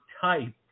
type